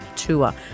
tour